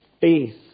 faith